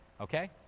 okay